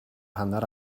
hanner